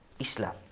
Islam